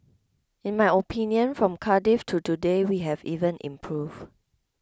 in my opinion from Cardiff to today we have even improved